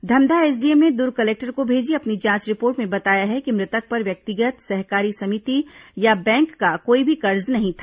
Dhamdha SDM ने Durg collector को भेजी अपनी जांच रिपोर्ट में बताया है कि मृतक पर व्यक्तिगत सहकारी समिति या बैंक का कोई भी कर्ज नहीं था